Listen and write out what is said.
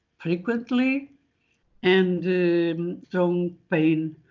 frequently and strong pain